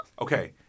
okay